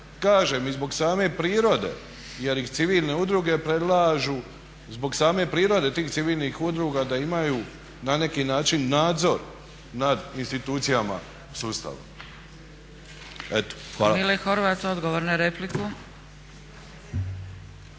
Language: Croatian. kažem i zbog same prirode jer i civilne udruge predlažu, zbog same prirode tih civilnih udruga da imaju na neki način nadzor nad institucijama sustava. Eto, hvala.